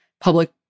public